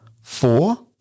Four